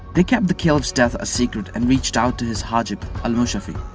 they kept the caliph's death a secret and reached out to his hajib, al-mushafi.